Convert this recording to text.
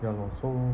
ya loh so